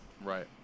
right